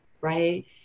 right